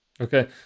Okay